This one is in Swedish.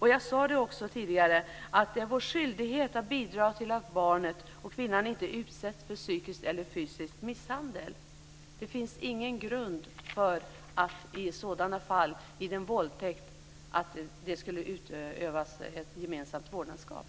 Jag sade också tidigare att det är vår skyldighet att bidra till att barnet och kvinnan inte utsätts för psykisk eller fysisk misshandel. Det finns ingen grund för att det i sådana fall, vid en våldtäkt, skulle utövas ett gemensamt vårdnadsskap.